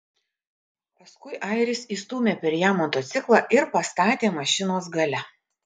paskui airis įstūmė per ją motociklą ir pastatė mašinos gale